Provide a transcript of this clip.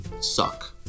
suck